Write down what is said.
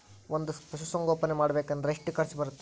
ಒಂದ್ ಪಶುಸಂಗೋಪನೆ ಮಾಡ್ಬೇಕ್ ಅಂದ್ರ ಎಷ್ಟ ಖರ್ಚ್ ಬರತ್ತ?